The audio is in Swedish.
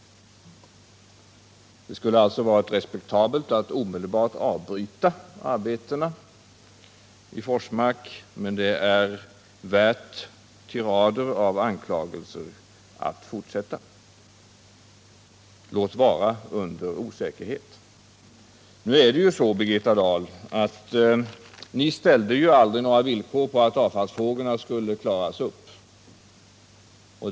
Det skulle alltså ha varit respektabelt att omedelbart avbryta arbetena i Forsmark, men det är värt tirader av anklagelser att fortsätta dem, låt vara under osäkerhet. Men nu är det så, Birgitta Dahl, att ni aldrig ställde som villkor att avfallsfrågorna skulle klaras upp.